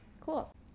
Cool